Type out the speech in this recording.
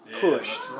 pushed